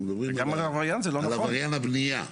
עבריין הבנייה.